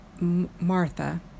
Martha